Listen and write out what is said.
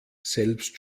selbst